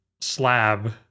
slab